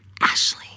Ashley